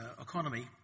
economy